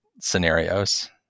scenarios